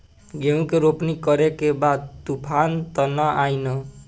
गेहूं के रोपनी करे के बा तूफान त ना आई न?